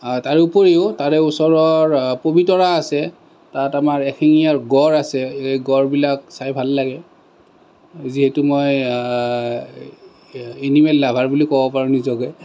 তাৰোপৰিও তাৰে ওচৰৰ পবিতৰা আছে তাত আমাৰ এশিঙিয়া গঁড় আছে গঁড়বিলাক চাই ভাল লাগে যিহেতু মই এনিমেল লাভাৰ বুলি ক'ব পাৰোঁ নিজকে